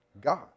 God